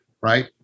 right